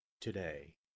today